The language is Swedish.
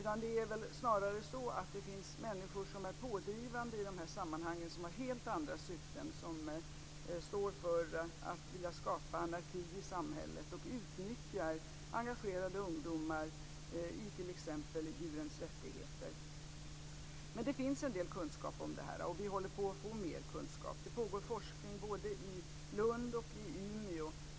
Det är väl snarare så att det i de här sammanhangen finns pådrivande människor med helt andra syften, sådana som vill skapa anarki i samhället och som utnyttjar engagerade ungdomar i t.ex. organisationer för djurens rättigheter. Det finns dock en del kunskap om det här, och vi håller på att få mer av kunskap. Det pågår forskning både i Lund och i Umeå.